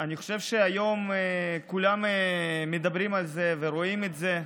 אני חושב שהיום כולם מדברים על זה ורואים את זה.